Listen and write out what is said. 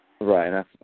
Right